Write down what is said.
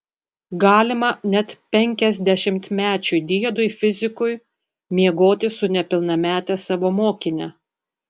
galima net penkiasdešimtmečiui diedui fizikui miegoti su nepilnamete savo mokine